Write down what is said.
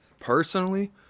personally